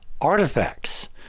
artifacts